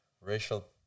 Racial